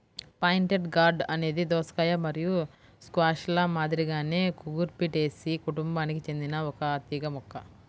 pointed gourd అనేది దోసకాయ మరియు స్క్వాష్ల మాదిరిగానే కుకుర్బిటేసి కుటుంబానికి చెందిన ఒక తీగ మొక్క